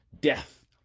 death